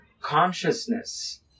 consciousness